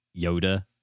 Yoda